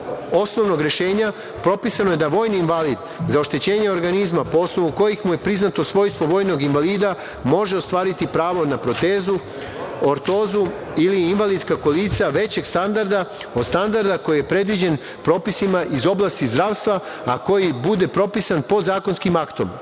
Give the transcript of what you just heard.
osnovnog rešenja, propisano je da vojni invalid, za oštećenje organizma po osnovu kojih mu je priznato svojstvo vojnog invalida, može ostvariti pravo na protezu, ortozu ili invalidska kolica, većeg standarda od standarda koji je predviđen propisima iz oblasti zdravstva, a koji bude propisan pod zakonskim aktom.